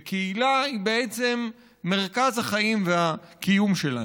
וקהילה היא בעצם מרכז החיים והקיום שלנו.